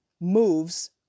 moves